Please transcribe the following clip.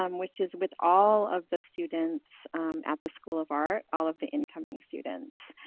um which is with all of the students at the school of art, all of the incoming students.